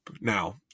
Now